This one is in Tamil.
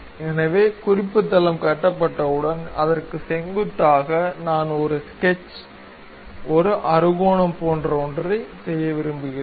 எனவே குறிப்பு தளம் கட்டப்பட்டவுடன் அதற்கு செங்குத்தாக நான் ஒரு ஸ்கெட்ச் ஒரு அறுகோணம் போன்ற ஒன்றைச் செய்ய விரும்புகிறேன்